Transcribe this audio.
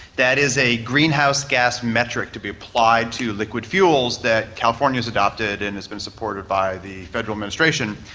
that is a greenhouse gas metric to be applied to liquid fuels that california has adopted and has been supported by the federal administration.